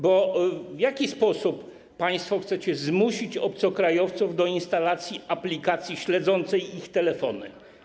Bo w jaki sposób państwo chcecie zmusić obcokrajowców do instalacji aplikacji śledzącej ich telefony?